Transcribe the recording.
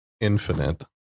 infinite